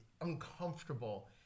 uncomfortable